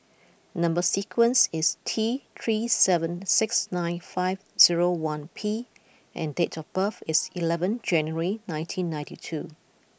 number sequence is T three seven six nine five zero one P and date of birth is eleven January nineteen ninety two